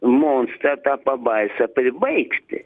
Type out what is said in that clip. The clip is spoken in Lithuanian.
monstrą tą pabaisą pribaigti